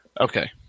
okay